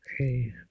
Okay